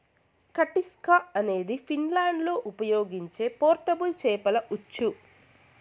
కటిస్కా అనేది ఫిన్లాండ్లో ఉపయోగించే పోర్టబుల్ చేపల ఉచ్చు